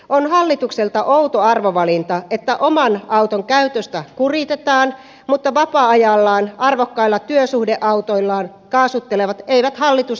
on hallitukselta outo arvovalinta että oman auton käytöstä kuritetaan mutta vapaa ajallaan arvokkailla työsuhdeautoillaan kaasuttelevat eivät hallitusta kiinnosta